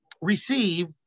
receive